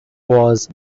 was